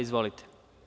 Izvolite.